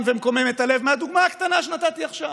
ומקומם את הלב מהדוגמה הקטנה שנתתי עכשיו?